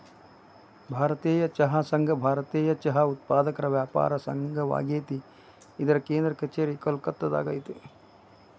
ಭಾರತೇಯ ಚಹಾ ಸಂಘ ಭಾರತೇಯ ಚಹಾ ಉತ್ಪಾದಕರ ವ್ಯಾಪಾರ ಸಂಘವಾಗೇತಿ ಇದರ ಕೇಂದ್ರ ಕಛೇರಿ ಕೋಲ್ಕತ್ತಾದಾಗ ಐತಿ